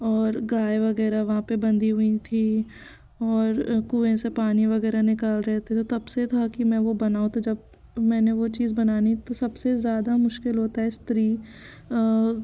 और गाय वगैरह वहाँ पे बंधी हुई थी और कुएँ से पानी वगैरह निकाल रहे थे तो तब से था कि मैं वो बनाऊं जब मैंने वो चीज बनानी तो सबसे ज़्यादा मुश्किल होता है स्त्री